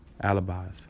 alibis